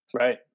Right